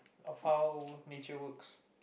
of how nature works